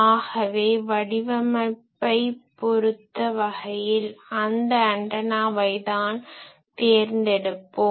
ஆகவே வடிவமைப்பை பொருத்த வகையில் அந்த ஆன்டனாவை தான் தேர்ந்தெடுப்போம்